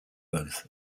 both